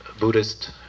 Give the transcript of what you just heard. Buddhist